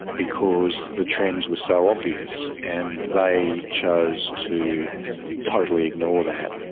because the trends were so obvious. and they chose to totally ignore that.